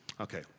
Okay